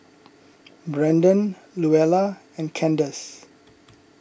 Brandan Luella and Kandace